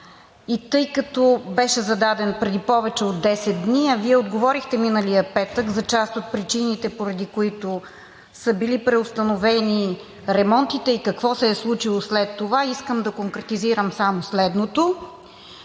И тъй като беше зададен преди повече от 10 дни, а Вие отговорихте миналия петък за част от причините, поради които са били преустановени ремонтите и какво се е случило след това, искам да конкретизирам само следното.